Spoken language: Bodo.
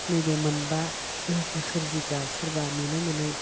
नैबे मोनबा गोहोखौ सोरजिग्रा सोरबा नुनो मोनै